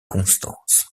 constance